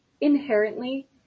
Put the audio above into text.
inherently